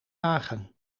wagen